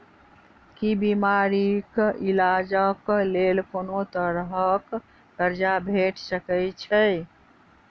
की बीमारी कऽ इलाज कऽ लेल कोनो तरह कऽ कर्जा भेट सकय छई?